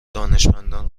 دانشمندان